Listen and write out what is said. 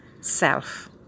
self